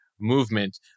movement